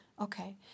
Okay